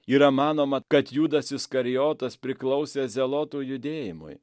yra manoma kad judas iskarijotas priklausė zelotų judėjimui